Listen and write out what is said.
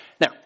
Now